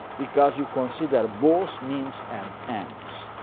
because you consider both means and ends.